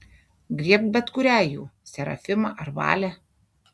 griebk bet kurią jų serafimą ar valę